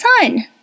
sun